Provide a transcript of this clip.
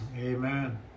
Amen